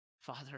Father